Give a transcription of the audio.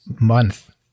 month